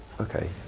okay